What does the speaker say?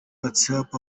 whatsapp